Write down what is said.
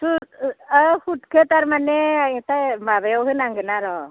हुद ओह हुदखो थारमानि आं एथाइम माबायाव होनांगोन आरो